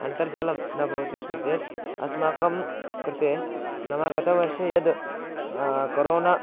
अन्तर्जालं न भवति स्म चेत् अस्माकं कृते नाम गतवर्षे यत् कोरोना